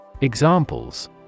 Examples